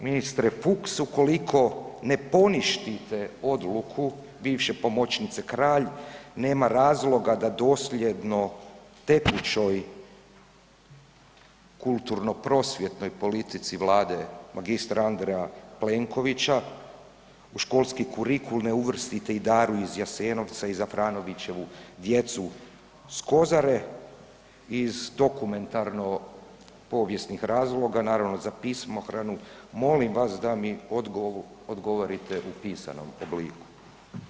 Ministre Fuchs ukoliko ne poništite odluku bivše pomoćnice Kralj nema razloga da dosljedno tekućoj kulturno-prosvjetnoj politici Vlade magistra Andreja Plenkovića, u školski kurikul ne uvrstite i „Daru iz Jasenovca“ i Zafranoviću „Djecu s Kozare“ iz dokumentarno-povijesnih razloga naravno za pismohranu, molim vas da mi odgovorite u pisanom obliku.